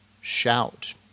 Shout